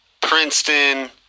Princeton